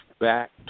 back